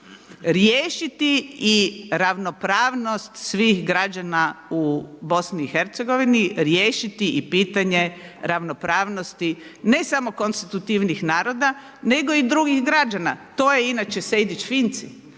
riješiti i ravnopravnost svih građana u BiH, riješiti i pitanje ravnopravnosti ne samo konstitutivnih naroda nego i drugih građana to je inače Sejdić-Finci,